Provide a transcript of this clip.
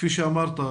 כפי שאמרת,